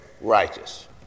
righteous